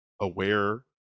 aware